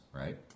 right